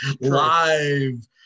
Live